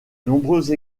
nombreuses